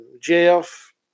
Jeff